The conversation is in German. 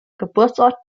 geburtsort